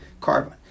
carbon